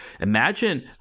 imagine